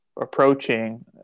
approaching